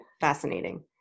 fascinating